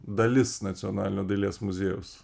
dalis nacionalinio dailės muziejaus